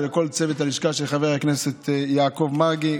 ולכל צוות הלשכה של חבר הכנסת יעקב מרגי.